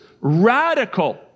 Radical